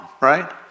right